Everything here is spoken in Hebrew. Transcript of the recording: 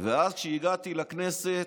ואז כשהגעתי לכנסת,